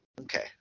Okay